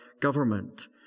government